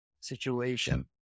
situation